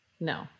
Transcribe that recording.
No